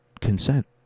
consent